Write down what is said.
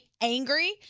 angry